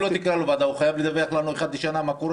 ואם ועדה לא תקרא לו הוא חייב לדווח אחת לשנה מה קורה.